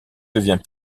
devient